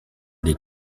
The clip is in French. des